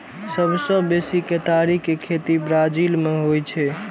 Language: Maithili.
सबसं बेसी केतारी के खेती ब्राजील मे होइ छै